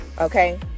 okay